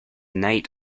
night